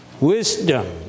Wisdom